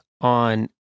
on